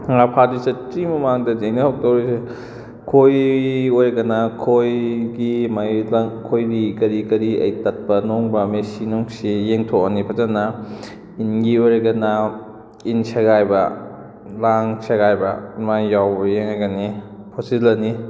ꯉꯥ ꯐꯥꯗ꯭ꯔꯤ ꯆꯠꯇ꯭ꯔꯤ ꯃꯃꯥꯡꯗꯗꯤ ꯑꯩꯅ ꯈꯣꯏ ꯑꯣꯏꯔꯒꯅ ꯈꯣꯏꯒꯤ ꯃꯥꯒꯤ ꯂꯪꯈꯣꯏꯔꯤ ꯀꯔꯤ ꯀꯔꯤ ꯑꯩ ꯇꯠꯄ ꯅꯨꯡꯕ ꯃꯤꯁꯤ ꯅꯨꯡꯁꯤ ꯌꯦꯡꯊꯣꯛꯑꯅꯤ ꯐꯖꯅ ꯏꯟꯒꯤ ꯑꯣꯏꯔꯒꯅ ꯏꯟ ꯁꯦꯒꯥꯏꯕ ꯂꯥꯡ ꯁꯦꯒꯥꯏꯕ ꯑꯗꯨꯃꯥꯏꯅ ꯌꯥꯎꯕ ꯌꯦꯡꯉꯅꯤ ꯐꯣꯠꯆꯤꯜꯂꯅꯤ